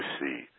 see